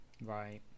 right